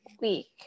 week